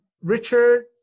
Richard